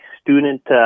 student